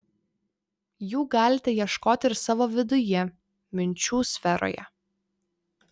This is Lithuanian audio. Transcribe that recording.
jų galite ieškoti ir savo viduje minčių sferoje